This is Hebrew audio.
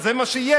זה מה שיהיה?